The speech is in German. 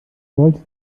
sollte